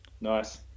Nice